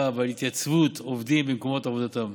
ועל התייצבות עובדים במקומות עבודתם,